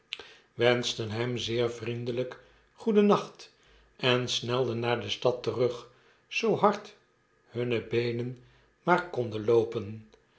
wenschten hem zeer vriendelp goedennacht en sneiden naar de stad terug zoo hard hunne beenen maar konden loopen